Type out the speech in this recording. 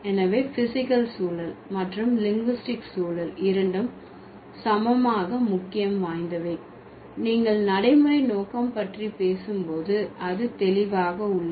எனவே பிஸிக்கல் சூழல் மற்றும் லிங்குஸ்டிக் சூழல் இரண்டும் சமமாக முக்கியம் வாய்ந்தவை நீங்கள் நடைமுறை நோக்கம் பற்றி பேசும் போது அது தெளிவாக உள்ளது